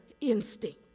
instinct